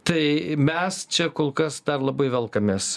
tai mes čia kol kas dar labai velkamės